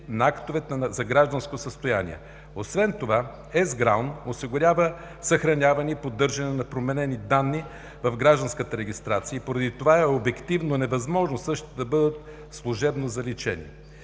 на актовете за гражданското състояние. Освен това ЕСГРАОН осигурява съхраняване и поддържане на променени данни в гражданската регистрация и поради това е обективно невъзможно същите да бъдат служебно заличени.